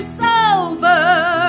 sober